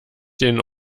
den